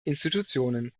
institutionen